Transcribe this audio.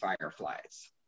fireflies